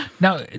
Now